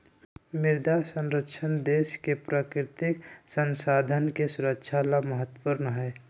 मृदा संरक्षण देश के प्राकृतिक संसाधन के सुरक्षा ला महत्वपूर्ण हई